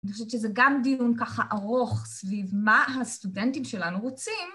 ‫אני חושבת שזה גם דיון ככה ארוך, ‫סביב מה הסטודנטים שלנו רוצים,